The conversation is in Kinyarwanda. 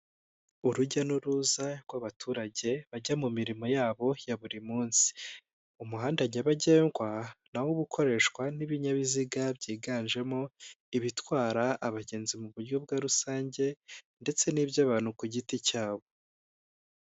Urujya n'uruza rw'abaturage bajya mu mirimo yabo ya buri munsi. Umuhanda nyabagendwa nawo uba ukoreshwa n'ibinyabiziga byiganjemo ibitwara abagenzi mu buryo bwa rusange ndetse n'iby'abantu ku giti cyabo.